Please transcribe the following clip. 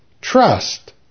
Trust